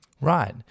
Right